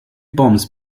bombs